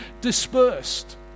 dispersed